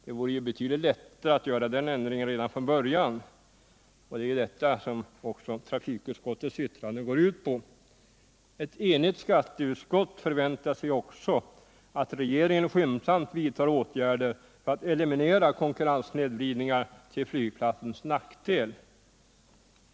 Det vore betydligt lättare att göra den riktiga konstruktionen redan från början, och det är det trafikutskottets yttrande går ut på. Ett enigt skatteutskott förväntar sig också att regeringen skyndsamt vidtar åtgärder för att eliminera konkurrenssnedvridningar till flygplatsens nackdel.